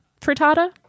Frittata